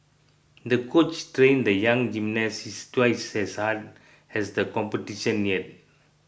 the coach trained the young gymnast twice as hard as the competition neared